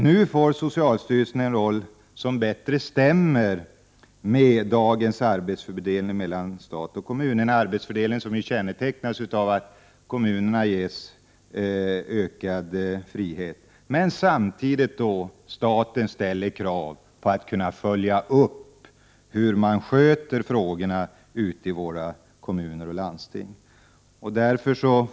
Nu får socialstyrelsen en roll som bättre stämmer med dagens arbetsfördelning mellan stat och kommun, en arbetsfördelning som ju kännetecknas av att kommunerna ges ökad frihet, samtidigt som staten ställer krav på att kunna följa upp hur kommuner och landsting sköter frågorna.